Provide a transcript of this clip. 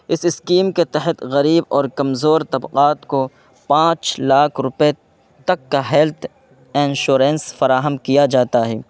اس scheme کے تحت غریب اور کمزور طبقات کو پانچ لاکھ روپئے تک کا ہیلتھ اینشورنس فراہم کیا جاتا ہے